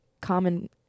common